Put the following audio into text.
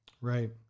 right